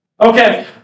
Okay